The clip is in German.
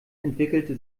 entwickelte